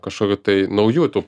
kažkokių tai naujų tų